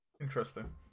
Interesting